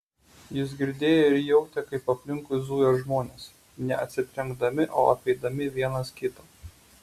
jis girdėjo ir jautė kaip aplinkui zuja žmonės ne atsitrenkdami o apeidami vienas kitą